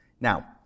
Now